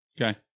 Okay